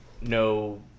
no